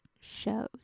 shows